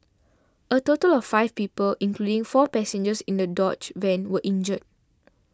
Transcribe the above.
a total of five people including four passengers in the Dodge van were injured